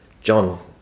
John